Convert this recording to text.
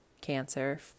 cancer